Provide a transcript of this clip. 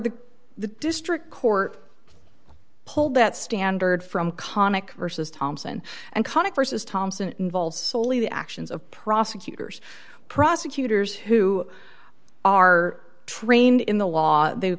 the the district court pulled that standard from comic versus thompson and connick vs thompson involves soley the actions of prosecutors prosecutors who are trained in the law they